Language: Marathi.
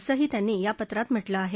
असंही त्यांनी या पत्रात म्हटलं आहे